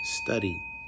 Study